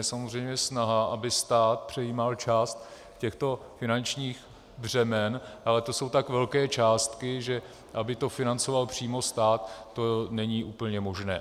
Samozřejmě je snaha, aby stát přejímal část těchto finančních břemen, ale to jsou tak velké částky, že to, aby to financoval přímo stát, to není úplně možné.